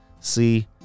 See